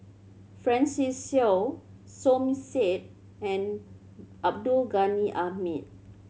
Francis Seow Som Said and Abdul Ghani Hamid